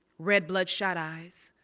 red bloodshot eyes.